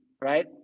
right